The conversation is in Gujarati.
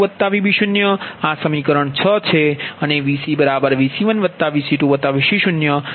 VbVb1Vb2Vb0 આ સમીકરણ 6 છે અને VcVc1Vc2Vc0 છે આ સમીકરણ 7 છે